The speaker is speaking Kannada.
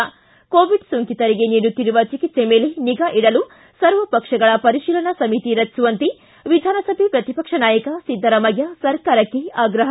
ಿ ಕೋವಿಡ್ ಸೋಂಕಿತರಿಗೆ ನೀಡುತ್ತಿರುವ ಚಿಕಿತ್ಸೆ ಮೇಲೆ ನಿಗಾ ಇಡಲು ಸರ್ವಪಕ್ಷಗಳ ಪರಿಶೀಲನಾ ಸಮಿತಿ ರಚಿಸುವಂತೆ ವಿಧಾನಸಭೆ ಪ್ರತಿಪಕ್ಷ ನಾಯಕ ಸಿದ್ದರಾಮಯ್ಯ ಸರ್ಕಾರಕ್ಕೆ ಆಗ್ರಹ